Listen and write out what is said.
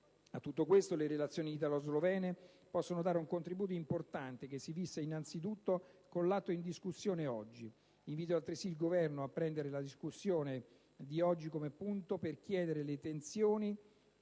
A tutto questo, le relazioni italo-slovene possono dare un contributo importante, che si fissa innanzitutto con l'atto in discussione oggi. Invito altresì il Governo a prendere la discussione di oggi come spunto per chiudere le tensioni